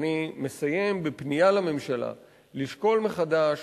אני מסיים בפנייה לממשלה לשקול מחדש